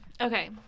Okay